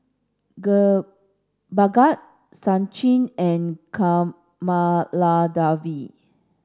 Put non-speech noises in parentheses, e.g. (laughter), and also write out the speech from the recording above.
(unintelligible) Bhagat Sachin and Kamaladevi